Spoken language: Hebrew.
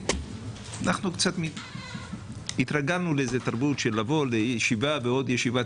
אנחנו קצת התרגלנו לתרבות של לבוא לישיבה ועוד ישיבה.